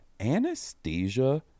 anesthesia